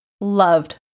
loved